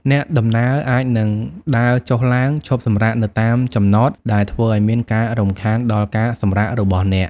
អ្នកដំណើរអាចនឹងដើរចុះឡើង ឈប់សម្រាកនៅតាមចំណត ដែលធ្វើឱ្យមានការរំខានដល់ការសម្រាករបស់អ្នក។